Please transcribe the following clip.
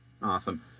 Awesome